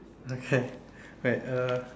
okay wait uh